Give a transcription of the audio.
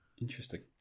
Interesting